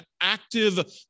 active